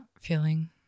feeling